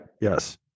Yes